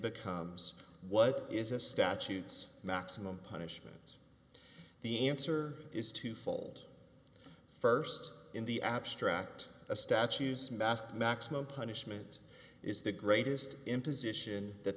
becomes what is a statutes maximum punishment the answer is two fold first in the abstract statues mask maximum punishment is the greatest imposition that